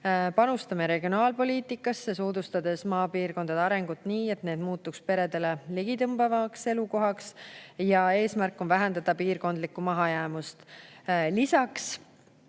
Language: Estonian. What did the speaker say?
Panustame regionaalpoliitikasse, soodustades maapiirkondade arengut nii, et need muutuks peredele ligitõmbavamaks elukohaks, eesmärk on vähendada piirkondlikku mahajäämust. Lisaks